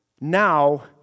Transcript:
now